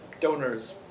donors